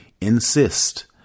insist